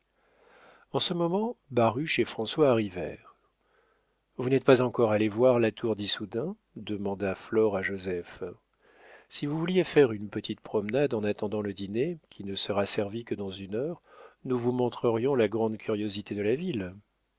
en ce moment baruch et françois arrivèrent vous n'êtes pas encore allé voir la tour d'issoudun demanda flore à joseph si vous vouliez faire une petite promenade en attendant le dîner qui ne sera servi que dans une heure nous vous montrerions la grande curiosité de la ville